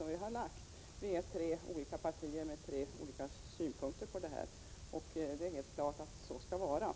Vi ärtre olika partier med tre olika synpunkter på detta. Det är helt klart att det skall vara så.